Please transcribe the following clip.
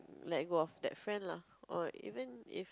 like go off that friend lah or even if